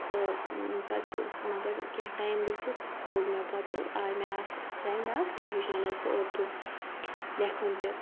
تہٕ پَتہٕ مگر کینٛہہ ٹایِم گٔژھِتھ توٚگ مےٚ پَتہٕ آے مےٚ اَکھ فرٛیٚنٛڈ اَکھ تٔمۍ ہیٚچھنٲوس بہٕ اردوٗ لیٚکھُن تہِ